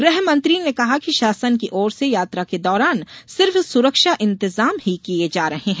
गृहमंत्री ने कहा कि शासन की ओर से यात्रा के दौरान सिर्फ सुरक्षा इंतजाम ही किये जा रहे हैं